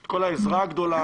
את כל העזרה הגדולה.